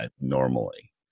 normally